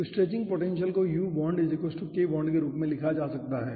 तो stretching potential को u bond k bond के रूप में लिखा जा सकता है